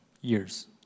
years